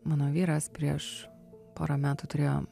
mano vyras prieš porą metų turėjo